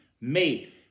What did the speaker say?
made